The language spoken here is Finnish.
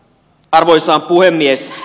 arvoisa puhemies